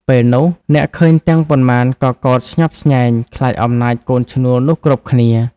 ពេលនោះ អ្នកឃើញទាំងប៉ុន្មានក៏កោតស្ញប់ស្ញែង ខ្លាចអំណាចកូនឈ្នួលនោះគ្រប់គ្នា ។